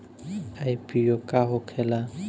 IPO का होखेला?